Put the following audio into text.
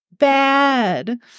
bad